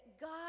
God